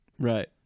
Right